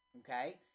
okay